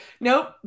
Nope